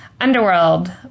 underworld